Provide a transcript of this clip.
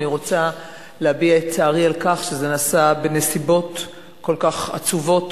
אני רוצה להביע את צערי על כך שזה נעשה בנסיבות כל כך עצובות